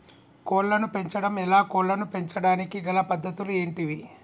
కోళ్లను పెంచడం ఎలా, కోళ్లను పెంచడానికి గల పద్ధతులు ఏంటివి?